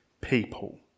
people